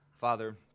Father